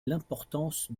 l’importance